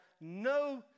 no